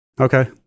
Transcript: Okay